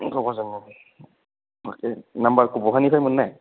क'कराझारनि बे नामबारखौ बहानिफ्राय मोननाय